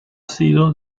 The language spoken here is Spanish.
sido